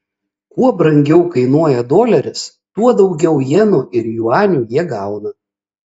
kuo brangiau kainuoja doleris tuo daugiau jenų ir juanių jie gauna